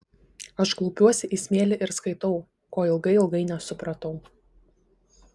aš klaupiuosi į smėlį ir skaitau ko ilgai ilgai nesupratau